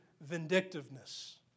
vindictiveness